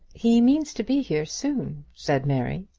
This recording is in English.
he means to be here soon, said mary.